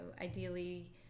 ideally